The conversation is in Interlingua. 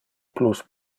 plus